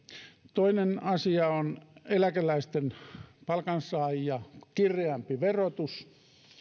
toinen asia on eläkeläisten palkansaajia kireämpi verotus